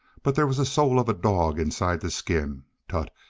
but there was the soul of a dog inside the skin. tut!